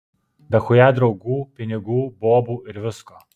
dachuja draugų pinigų bobų ir visko